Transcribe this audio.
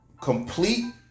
complete